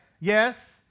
yes